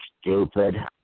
stupid